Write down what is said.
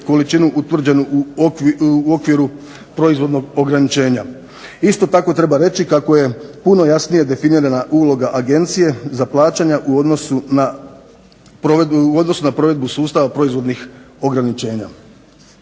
količinu utvrđenu u okviru proizvodnog ograničenja. Isto tako treba reći kako je puno jasnije definirana uloga agencije za plaćanja u odnosu na provedbu sustava proizvodnih ograničenja.